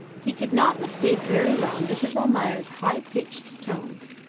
he could not mistake very well mrs. almayer's high-pitched tones,